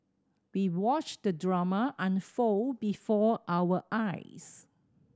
we watched the drama unfold before our eyes